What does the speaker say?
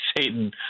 Satan